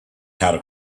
how